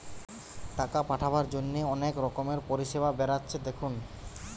টাকা পাঠাবার জন্যে অনেক রকমের পরিষেবা বেরাচ্ছে দেখুন